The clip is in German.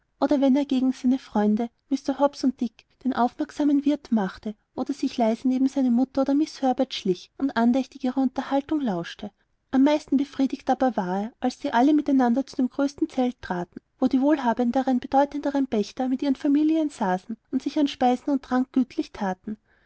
oder wenn er gegen seine freunde mr hobbs und dick den aufmerksamen wirt machte oder sich leise neben seine mutter oder miß herbert schlich und andächtig ihrer unterhaltung lauschte am meisten befriedigt aber war er als sie alle miteinander zu dem größten zelt traten wo die wohlhabenderen bedeutenderen pächter mit ihren familien saßen und sich an speisen und getränk gütlich thaten